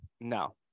No